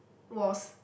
was